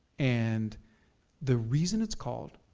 and the reason it's called,